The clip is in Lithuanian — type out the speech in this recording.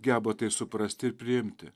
geba tai suprasti ir priimti